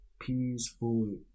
peaceful